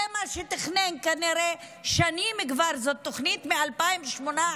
זה מה שתכנן כנראה כבר שנים, זו תוכנית מ-2018.